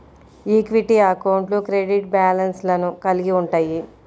equity అకౌంట్లు credit బ్యాలెన్స్లను కలిగి ఉంటయ్యి